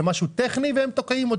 זה משהו טכני שהם תוקעים.